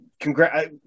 congrats